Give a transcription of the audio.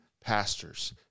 pastors